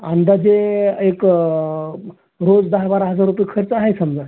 अंदाजे एक रोज दहा बारा हजार रुपये खर्च आहे समजा